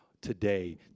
today